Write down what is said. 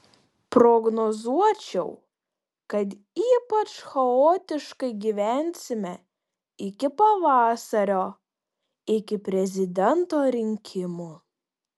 prognozuočiau kad ypač chaotiškai gyvensime iki pavasario iki prezidento rinkimų